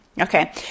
Okay